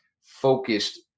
focused